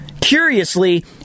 Curiously